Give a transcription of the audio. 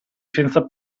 senza